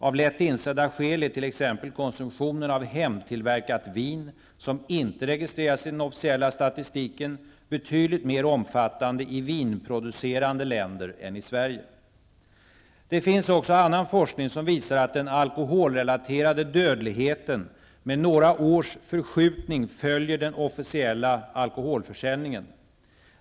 Av lätt insedda skäl är t.ex. konsumtionen av hemtillverkat vin -- som inte registreras i den officiella statistiken -- betydligt mer omfattande i vinproducerande länder än i Det finns också annan forskning som visar att den alkoholrelaterade dödligheten med några års förskjutning följer den officiella alkoholförsäljningen.